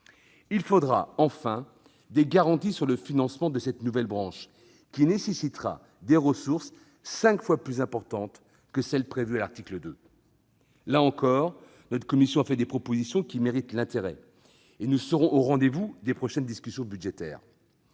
Il faudra enfin des garanties sur le financement de cette nouvelle branche, qui nécessitera des ressources cinq fois plus importantes que celles prévues à l'article 2. Là encore, notre commission a fait des propositions qui méritent l'intérêt. Nous serons au rendez-vous des prochaines discussions budgétaires.